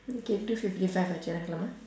okay two fifty five I check the door ah